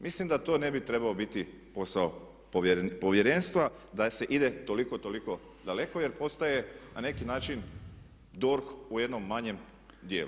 Mislim da to ne bi trebao biti posao Povjerenstva da se ide toliko, toliko daleko jer postaje na neki način DORH u jednom manjem djelu.